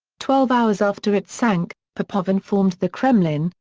twelve hours after it sank, popov informed the kremlin,